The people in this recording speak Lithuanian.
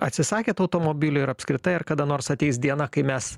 atsisakėt automobilio ir apskritai ar kada nors ateis diena kai mes